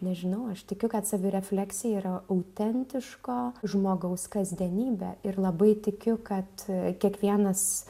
nežinau aš tikiu kad savirefleksija yra autentiško žmogaus kasdienybė ir labai tikiu kad kiekvienas